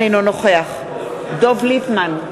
אינו נוכח דב ליפמן,